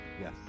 Yes